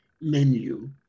menu